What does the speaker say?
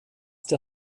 der